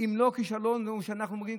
אם לא כישלון שאנחנו אומרים,